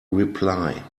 reply